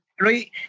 right